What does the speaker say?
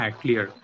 clear